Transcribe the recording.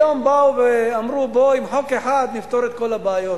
היום באו ואמרו: בואו עם חוק אחד נפתור את כל הבעיות.